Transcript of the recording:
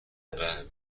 قوه